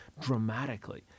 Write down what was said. dramatically